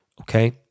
okay